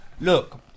Look